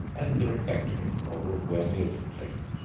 and the refectory or room where meals were taken.